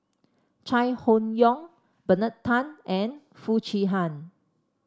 Chai Hon Yoong Bernard Tan and Foo Chee Han